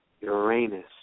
Uranus